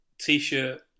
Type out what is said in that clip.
t-shirt